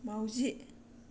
माउजि